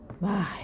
bye